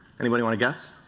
anybody want to guess?